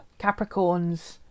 capricorns